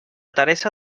teresa